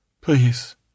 Please